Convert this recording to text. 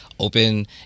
open